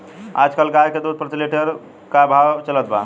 आज कल गाय के दूध प्रति लीटर का भाव चलत बा?